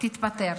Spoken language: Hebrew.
תתפטר.